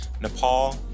Nepal